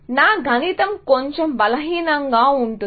నా గణితం కొంచెం బలహీనంగా ఉంది